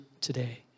today